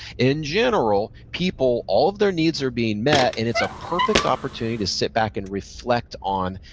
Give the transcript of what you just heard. in general, people, all of their needs are being met, and it's a perfect opportunity to sit back and reflect on,